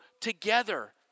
together